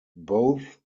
both